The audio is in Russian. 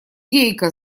гейка